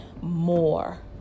more